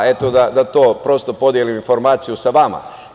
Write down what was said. Eto, da to prosto podelim informaciju sa vama.